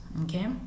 okay